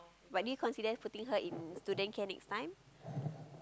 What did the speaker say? but do you consider putting her in student care next time